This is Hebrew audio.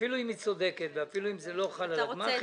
אפילו אם היא צודקת ואפילו אם זה לא חל על הגמ"חים,